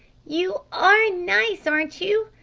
you are nice, aren't you?